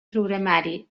programari